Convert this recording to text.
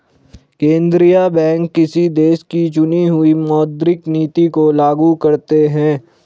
केंद्रीय बैंक किसी देश की चुनी हुई मौद्रिक नीति को लागू करते हैं